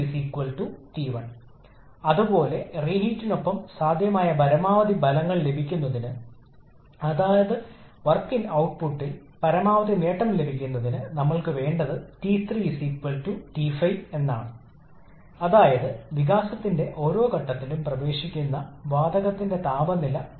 അതിനാൽ നമ്മൾ ഒരു കംപ്രസ്സറിൽ കംപ്രഷൻ പ്രക്രിയ നടത്തി തുടർന്ന് ചൂട് ചേർക്കൽ നടത്തുന്നു ഒരു ജ്വലനത്തിനുള്ളിൽ അല്ലെങ്കിൽ അടച്ച സൈക്കിളിലെ ഒരു ചൂട് എക്സ്ചേഞ്ചറിനുള്ളിൽ